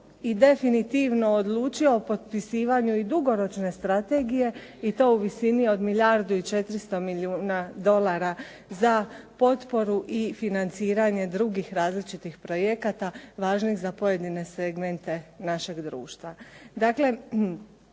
i definitivno odlučio o potpisivanju dugoročne strategije i to u visini od milijardu i 400 milijuna dolara za potporu i finanaciranje drugih različitih projekata važnih za pojedine segmente našeg društva.